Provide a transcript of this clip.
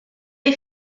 est